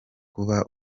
kuba